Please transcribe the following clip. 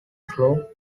floor